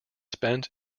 spent